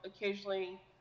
occasionally